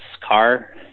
car